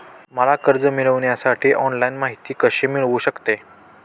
मला कर्ज मिळविण्यासाठी ऑनलाइन माहिती कशी मिळू शकते?